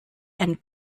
and